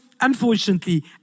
Unfortunately